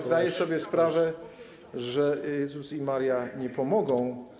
Zdaję sobie sprawę, że Jezus i Maria nie pomogą.